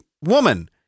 woman